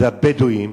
זה הבדואים